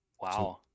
wow